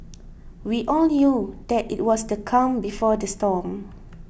we all knew that it was the calm before the storm